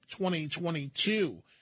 2022